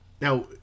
Now